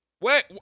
Wait